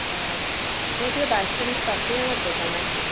ও Nadia bus স্ট্যান্ডের পাশেই আমার দোকান আছে